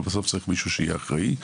בסוף צריך להיות מישהו שצריך להיות אחראי.